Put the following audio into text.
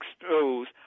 expose